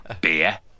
beer